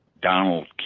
Donald